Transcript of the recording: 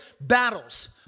battles